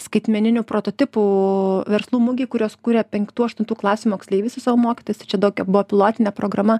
skaitmeninių prototipų verslų mugėj kurios kuria penktų aštuntų klasių moksleiviai su savo mokytojais tai čia dokio buvo pilotinė programa